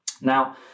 Now